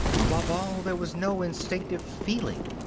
above all, there was no instinctive feeling.